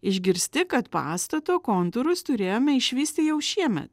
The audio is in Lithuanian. išgirsti kad pastato kontūrus turėjome išvysti jau šiemet